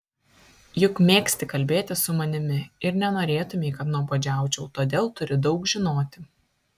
juk mėgsti kalbėti su manimi ir nenorėtumei kad nuobodžiaučiau todėl turi daug žinoti